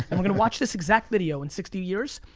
and we're gonna watch this exact video in sixty years,